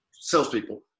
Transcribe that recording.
Salespeople